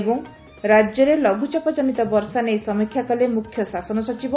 ଏବଂ ରାକ୍ୟରେ ଲଘୁଚାପ ଜନିତ ବର୍ଷା ନେଇ ସମୀକ୍ଷା କଲେ ମୁଖ୍ୟ ଶାସନ ସଚିବ